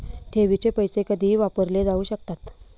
ठेवीचे पैसे कधीही वापरले जाऊ शकतात